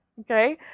Okay